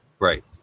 Right